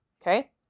Okay